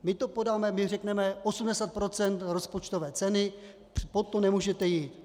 My to podáme, my řekneme 80 % rozpočtové ceny, pod to nemůžete jít.